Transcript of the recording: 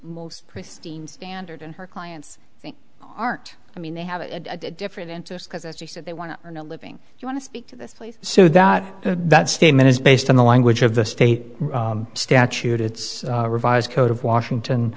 most pristine standard in her clients aren't i mean they have a different interest because as you said they want to earn a living you want to speak to this place so that that statement is based on the language of the state statute it's a revised code of washington